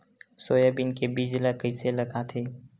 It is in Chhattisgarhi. सोयाबीन के बीज ल कइसे लगाथे?